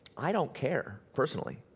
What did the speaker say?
i don't care, personally.